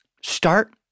Start